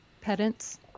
pedants